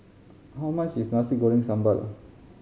how much is Nasi Goreng Sambal